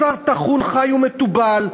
בשר טחון חי ומתובל,